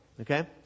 okay